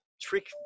trick